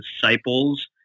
disciples